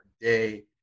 day